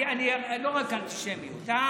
שנאת חינם.